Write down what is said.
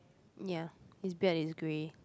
ya his bag is grey